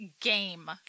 game